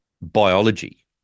biology